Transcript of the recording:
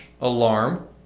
alarm